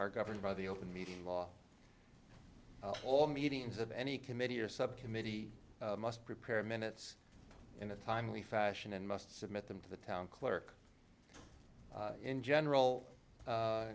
are governed by the open meetings law all meetings of any committee or subcommittee must prepare minutes in a timely fashion and must submit them to the town clerk in general